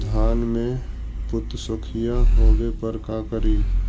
धान मे पत्सुखीया होबे पर का करि?